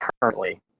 currently